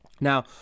Now